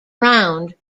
round